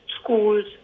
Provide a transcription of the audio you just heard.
schools